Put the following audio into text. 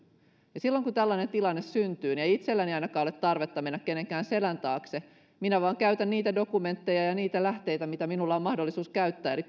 silloin kun tällainen tilanne syntyy ei itselläni ainakaan ole tarvetta mennä kenenkään selän taakse minä vain käytän niitä dokumentteja ja niitä lähteitä mitä minulla on mahdollisuus käyttää eli